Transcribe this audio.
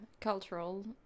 cultural